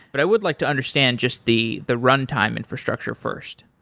but i would like to understand just the the run time infrastructure first.